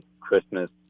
Christmas